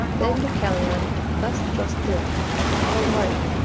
then deucalion thus addressed pyrrha o wife,